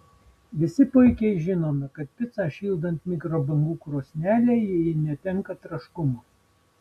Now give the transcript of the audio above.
visi puikiai žinome kad picą šildant mikrobangų krosnelėje ji netenka traškumo